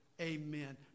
Amen